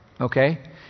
okay